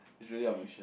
is really our mission